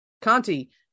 Conti